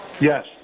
Yes